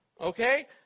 Okay